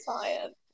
science